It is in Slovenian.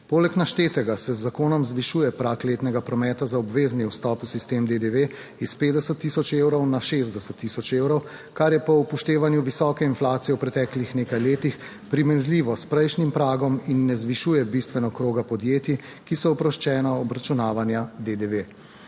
Poleg naštetega se z zakonom zvišuje prag letnega prometa za obvezni vstop v sistem DDV iz 50000 evrov na 60000 evrov, kar je po upoštevanju visoke inflacije v preteklih nekaj letih primerljivo s prejšnjim pragom in ne zvišuje bistveno kroga podjetij, ki so oproščena obračunavanja DDV.